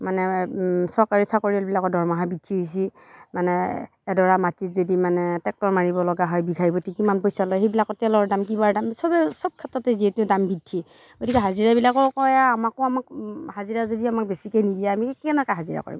মানে চৰকাৰী চাকৰিয়ালবিলাকৰ দৰমহাই বেছি হৈছে মানে এডৰা মাটিত যদি মানে ট্ৰেক্টৰ মাৰিব লগা হয় বিঘাই প্ৰতি কিমান পইচা লয় সেইবিলাকৰ তেলৰ দাম কিবাৰ দাম চবেই চব ক্ষেত্ৰতেই যিহেতু দাম বৃদ্ধি গতিকে হাজিৰাবিলাকো কয় আমাকো আমাক হাজিৰা যদি আমাক বেছিকৈ নিদিয়া আমি কেনেকৈ হাজিৰা কৰিম